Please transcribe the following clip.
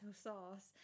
sauce